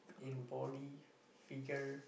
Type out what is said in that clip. in body figure